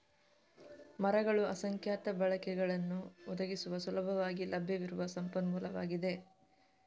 ಮರಗಳು ಅಸಂಖ್ಯಾತ ಬಳಕೆಗಳನ್ನು ಒದಗಿಸುವ ಸುಲಭವಾಗಿ ಲಭ್ಯವಿರುವ ಸಂಪನ್ಮೂಲವಾಗಿದೆ